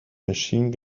machine